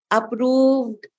approved